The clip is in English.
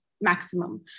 maximum